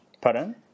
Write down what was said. Pardon